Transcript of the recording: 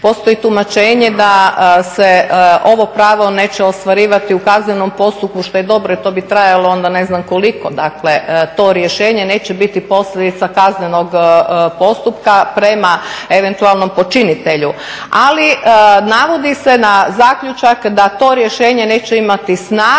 Postoji tumačenje da se ovo pravo neće ostvarivati u kaznenom postupku jer to bi trajalo onda ne znam koliko. Dakle to rješenje neće biti posljedica kaznenog postupka prema eventualnom počinitelju, ali navodi se na zaključak da to rješenje neće imati snagu